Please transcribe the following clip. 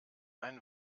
ein